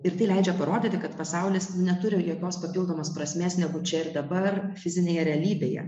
ir tai leidžia parodyti kad pasaulis neturi jokios papildomos prasmės negu čia ir dabar fizinėje realybėje